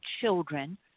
Children